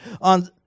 on